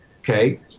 okay